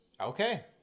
Okay